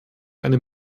eine